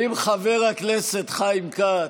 רבותיי, אם חבר הכנסת חיים כץ,